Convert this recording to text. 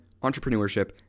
entrepreneurship